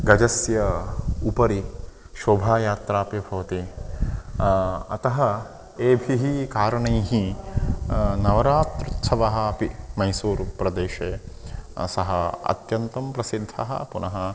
गजस्य उपरि शोभायात्रापि भवति अतः एभिः कारणैः नवरात्र्युत्सवः अपि मैसूरुप्रदेशे सः अत्यन्तं प्रसिद्धः पुनः